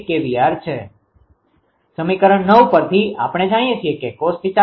સમીકરણ પરથી આપણે જાણીએ છીએ કે cos𝜃 છે